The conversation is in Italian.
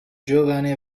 giovane